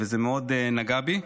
זה מאוד נגע בי,